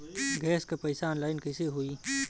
Gas क पैसा online कइसे होई?